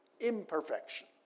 imperfection